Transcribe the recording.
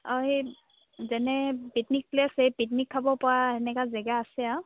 অঁ সেই যেনে পিকনিক প্লেছ সেই পিকনিক খাব পৰা তেনেকুৱা জেগা আছে আৰু